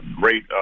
great